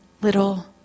little